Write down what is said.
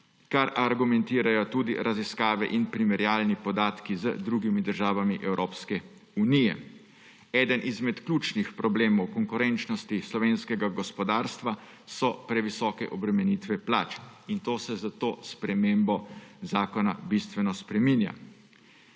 kar argumentirajo tudi raziskave in primerjalni podatki z drugimi državami Evropske unije. Eden izmed ključnih problemov konkurenčnosti slovenskega gospodarstva so previsoke obremenitve plač. To se s to spremembo zakona bistveno spreminja.